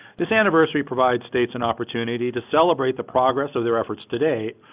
this anniversary provides states an opportunity to celebrate the progress of their efforts today,